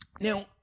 Now